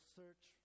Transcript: search